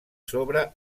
sobre